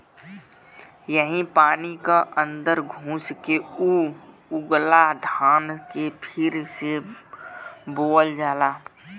यही पानी क अन्दर घुस के ऊ उगला धान के फिर से बोअल जाला